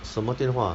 什么电话